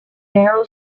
narrow